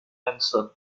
manson